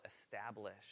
establish